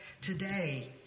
today